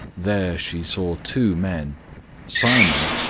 there she saw two men simon,